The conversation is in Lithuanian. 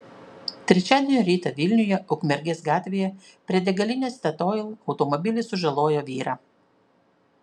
trečiadienio rytą vilniuje ukmergės gatvėje prie degalinės statoil automobilis sužalojo vyrą